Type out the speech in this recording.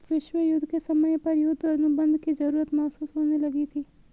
विश्व युद्ध के समय पर युद्ध अनुबंध की जरूरत महसूस होने लगी थी